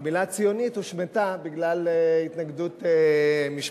והמלה "ציונית" הושמטה בגלל התנגדות משפטית.